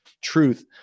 truth